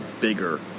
bigger